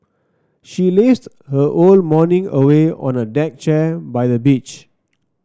she lazed her whole morning away on a deck chair by the beach